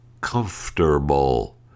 comfortable